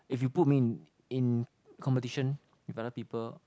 if you put me in in competition with other people